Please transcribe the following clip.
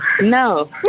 No